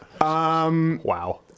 Wow